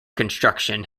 construction